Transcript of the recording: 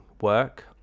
work